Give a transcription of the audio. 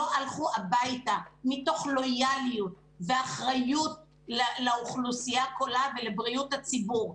לא הלכו הביתה מתוך לויאליות ואחריות לאוכלוסייה כולה ולבריאות הציבור,